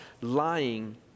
lying